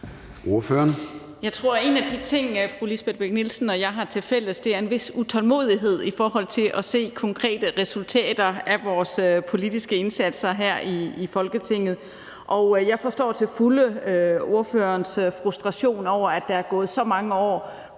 Jeg tror, en af de ting, fru Lisbeth Bech-Nielsen og jeg har tilfælles, er en vis utålmodighed i forhold til at se konkrete resultater af vores politiske indsatser her i Folketinget, og jeg forstår til fulde ordførerens frustration over, at der gået så mange år